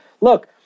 look